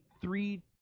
three